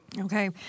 Okay